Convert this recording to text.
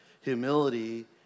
Humility